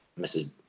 Mrs